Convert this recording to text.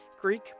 Greek